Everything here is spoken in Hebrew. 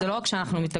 זה לא רק שאנחנו מתאגדות,